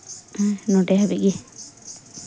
ᱱᱚᱸᱰᱮ ᱦᱟᱹᱵᱤᱡ ᱜᱮ